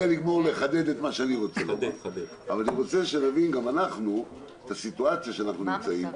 אני רוצה שנבין גם אנחנו את הסיטואציה שאנחנו נמצאים בה,